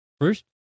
First